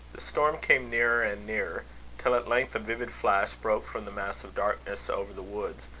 the storm came nearer and nearer till at length a vivid flash broke from the mass of darkness over the woods,